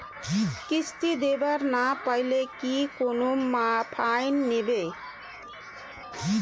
কিস্তি দিবার না পাইলে কি কোনো ফাইন নিবে?